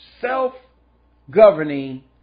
self-governing